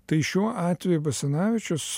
tai šiuo atveju basanavičius